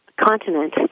continent